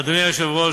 אדוני היושב-ראש,